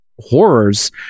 horrors